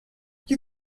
you